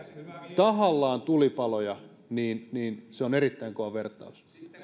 tahallaan tulipaloja eli se on erittäin kova vertaus